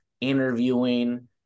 interviewing